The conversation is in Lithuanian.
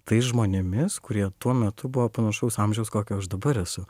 tais žmonėmis kurie tuo metu buvo panašaus amžiaus kokio aš dabar esu